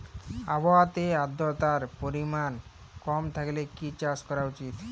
আবহাওয়াতে আদ্রতার পরিমাণ কম থাকলে কি চাষ করা উচিৎ?